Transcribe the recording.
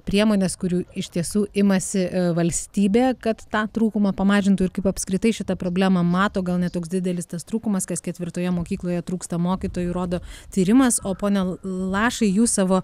priemones kurių iš tiesų imasi valstybė kad tą trūkumą pamažintų ir kaip apskritai šitą problemą mato gal ne toks didelis tas trūkumas kas ketvirtoje mokykloje trūksta mokytojų rodo tyrimas o pone lašai jus savo